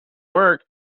work